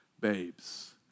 babes